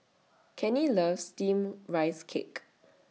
Kenny loves Steamed Rice Cake